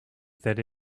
that